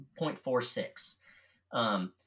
0.46